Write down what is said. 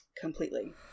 completely